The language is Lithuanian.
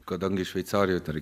kadangi šveicarijoje dar